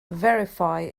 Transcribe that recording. verify